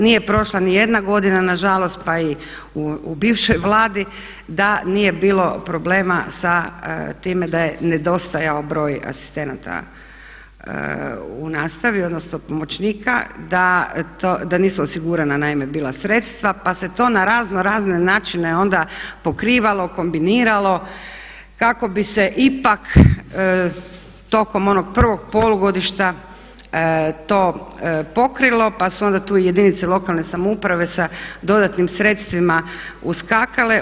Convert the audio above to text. Nije prošla niti jedna godina nažalost pa i u bivšoj Vladi da nije bilo problema sa time da je nedostajao broj asistenata u nastavi odnosno pomoćnika, da nisu osigurana naime bila sredstva pa se to na razno razne načine onda pokrivalo, kombiniralo kako bi se ipak tokom onog prvog polugodišta to pokrilo pa su onda tu jedinice lokalne samouprave sa dodatnim sredstvima uskakale.